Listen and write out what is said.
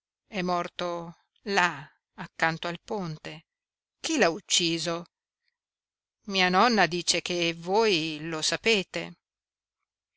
è morto là accanto al ponte chi l'ha ucciso mia nonna dice che voi lo sapete